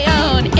own